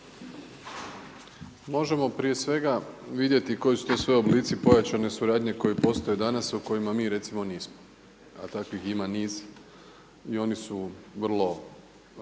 Možemo prije svega vidjeti koji su to sve oblici pojačane suradnje koji postoje danas u kojima mi recimo nismo, a takvih ima niz i oni su vrlo